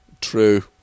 True